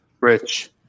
Rich